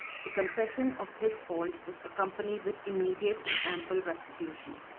the confession of his fault was accompanied with immediate and ample restitution.